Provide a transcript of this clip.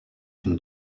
une